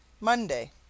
MONDAY